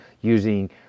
using